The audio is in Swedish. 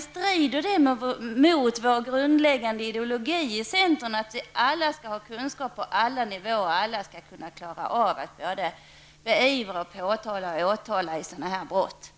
strider egentligen mot centerns grundläggande ideologi, att alla skall ha kunskap på alla nivåer och att alla skall kunna beivra och väcka åtal när det gäller brott av den här typen.